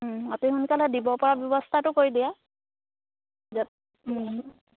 আপুনি সোনকালে দিব পৰা ব্যৱস্থাটো কৰি দিয়া